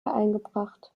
eingebracht